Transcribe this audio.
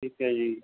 ਠੀਕ ਹੈ ਜੀ